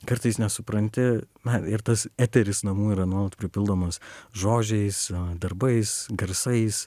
kartais nesupranti na ir tas eteris namų yra nuolat pripildomas žodžiais darbais garsais